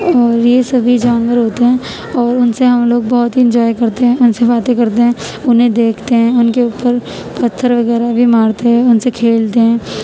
اور یہ سبھی جانور ہوتے ہیں اور ان سے ہم لوگ بہت انجوائے کرتے ہیں ان سے باتیں کرتے ہیں انہیں دیکھتے ہیں ان کے اوپر پتھر وغیرہ بھی مارتے ہیں ان سے کھیلتے ہیں